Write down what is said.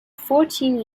fourteen